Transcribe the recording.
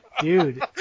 dude